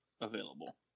available